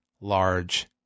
large